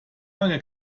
lange